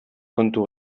kontu